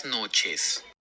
noches